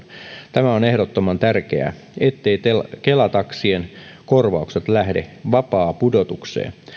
tämä on ehdottoman tärkeää etteivät kela taksien korvaukset lähde vapaapudotukseen